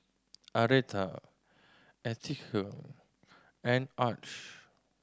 Aretha Eithel and Arch